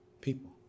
people